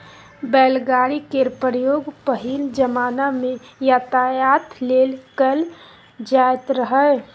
बैलगाड़ी केर प्रयोग पहिल जमाना मे यातायात लेल कएल जाएत रहय